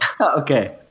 Okay